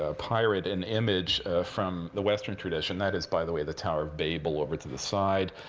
ah pirate an image from the western tradition. that is, by the way, the tower of babel over to the side.